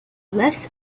less